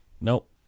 Nope